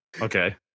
okay